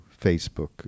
Facebook